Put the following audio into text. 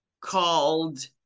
called